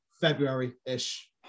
February-ish